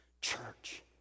church